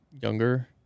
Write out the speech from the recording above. younger